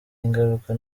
ingaruka